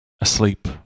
asleep